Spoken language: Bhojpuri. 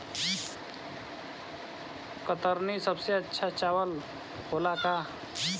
कतरनी सबसे अच्छा चावल होला का?